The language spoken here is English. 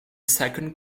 second